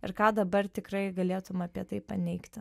ir ką dabar tikrai galėtum apie tai paneigti